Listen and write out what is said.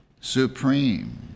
supreme